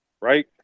right